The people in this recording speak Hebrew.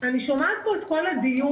אני שומעת פה את כל הדיון,